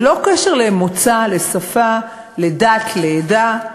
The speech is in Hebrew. ללא קשר למוצא, לשפה, לדת, לעדה,